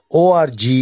.org